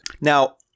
Now